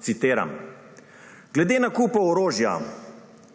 Citiram: »Glede nakupov orožja.